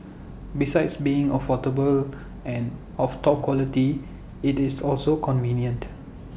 besides being affordable and of top quality IT is also convenient